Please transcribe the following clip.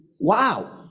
Wow